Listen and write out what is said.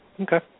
Okay